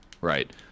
right